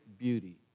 beauty